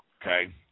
Okay